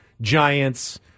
Giants